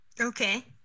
Okay